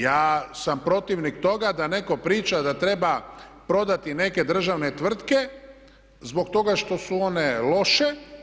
Ja sam protivnik toga da netko priča da treba prodati neke državne tvrtke zbog toga što su one loše.